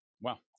Wow